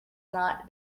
not